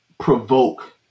Provoke